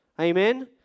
Amen